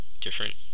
different